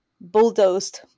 bulldozed